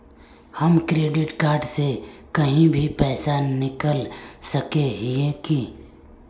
हम credit card से कहीं भी पैसा निकल सके हिये की?